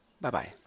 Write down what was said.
Bye-bye